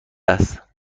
است